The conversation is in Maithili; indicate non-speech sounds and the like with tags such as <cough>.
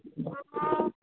<unintelligible> हँ